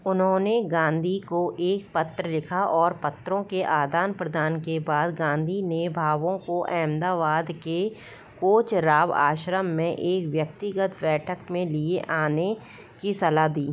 उन्होंने गांधी को एक पत्र लिखा और पत्रों के आदान प्रदान के बाद गांधी ने भावों को अहमदाबाद के कोचराब आश्रम में एक व्यक्तिगत बैठक में लिए आने की सलाह दी